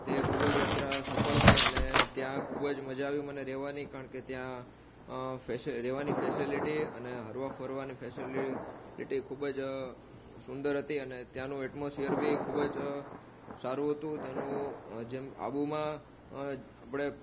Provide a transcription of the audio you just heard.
તે ખૂબ જ યાત્રા સફળ થઈ અને ત્યાં ખૂબ જ મજા આવી મને રહેવાની કારણ કે ત્યાં ફેસ રહેવાની ફેસેલિટી અને હરવા ફરવાની ફેસેલિટી ખૂબ જ સુંદર હતી અને ત્યાંનું એટમોસ્ફિયર બી ખૂબ જ સારું હતું તેનું જેમ આબુમાં આપણે